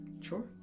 Sure